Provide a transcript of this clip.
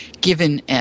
given